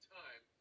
time